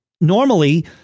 Normally